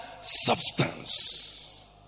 substance